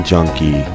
Junkie